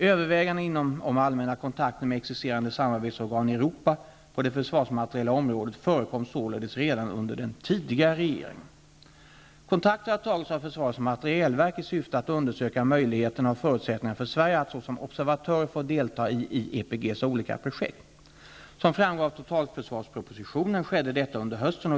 Överväganden om allmänna kontakter med existerande samarbetsorgan i Europa på det försvarsmateriella området förekom således redan under den tidigare regeringen.